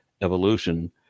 evolution